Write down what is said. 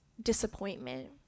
disappointment